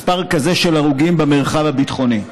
מספר כזה של הרוגים במרחב הביטחוני,